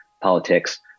politics